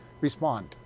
respond